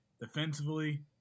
defensively